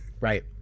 Right